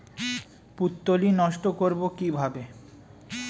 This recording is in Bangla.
পুত্তলি নষ্ট করব কিভাবে?